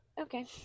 Okay